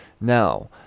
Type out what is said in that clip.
Now